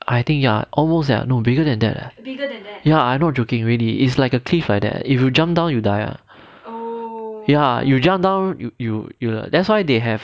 I think ya almost eh no bigger than that ya I not joking really is like a cliff like that if you jump down you die ah ya you jump down you you you you that's why they have